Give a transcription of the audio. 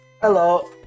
Hello